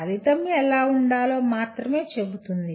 ఫలితం ఎలా ఉండాలో మాత్రమే చెబుతుంది